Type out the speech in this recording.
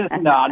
no